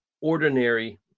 ordinary